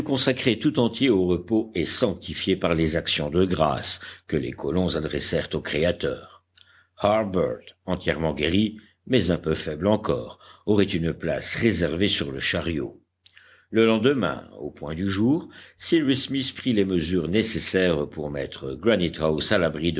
consacré tout entier au repos et sanctifié par les actions de grâces que les colons adressèrent au créateur harbert entièrement guéri mais un peu faible encore aurait une place réservée sur le chariot le lendemain au point du jour cyrus smith prit les mesures nécessaires pour mettre